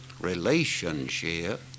relationship